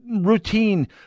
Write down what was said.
routine